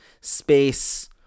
space